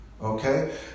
Okay